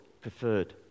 preferred